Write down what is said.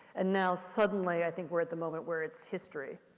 and now suddenly, i think we're at the moment where it's history.